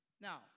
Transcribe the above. Now